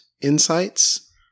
insights